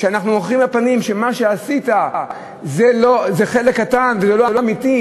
כשאנחנו מוכיחים בפנים שמה שעשית זה חלק קטן וזה לא אמיתי,